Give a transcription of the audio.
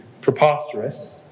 preposterous